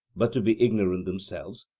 but to be ignorant themselves,